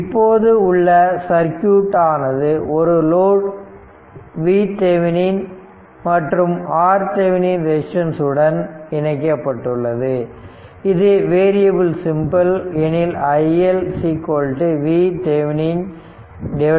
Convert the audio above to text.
இப்போது உள்ள சர்க்யூட் ஆனது ஒரு லோடு VThevenin மற்றும் RThevenin ரெசிஸ்டன்ஸ் உடன் இணைக்கப்பட்டுள்ளது இது வேரியபல் சிம்பல் எனில் iL VThevenin RThevenin RL